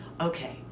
okay